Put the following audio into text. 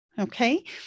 Okay